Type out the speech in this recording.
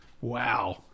Wow